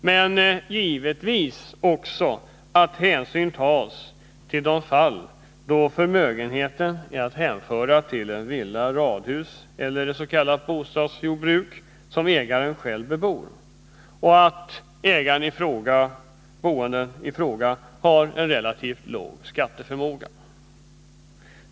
Men givetvis skall också hänsyn tas till de fall där förmögenheten är att hänföra till en villa, ett radhus eller ett s.k. bostadsjordbruk som ägaren själv bebor och när den boende har en relativt låg skatteförmåga.